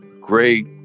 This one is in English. great